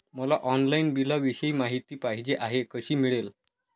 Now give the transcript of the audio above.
मला ऑनलाईन बिलाविषयी माहिती पाहिजे आहे, कशी मिळेल?